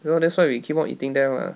no that's why we keep on eating there mah